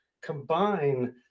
Combine